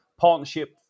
Partnership